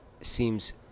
seems